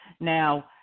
Now